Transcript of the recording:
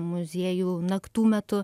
muziejų naktų metu